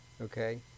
okay